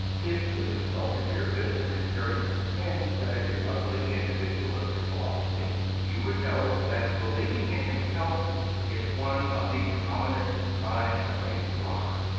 if you consulted your business experience instead of your ugly individualistic philosophy, you would know that believing in himself is one of the commonest signs of a rotter.